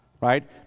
right